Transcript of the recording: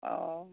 অঁ